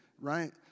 right